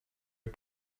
are